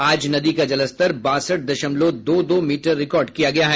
आज नदी का जलस्तर बासठ दशमलव दो दो मीटर रिकॉर्ड किया गया है